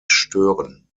stören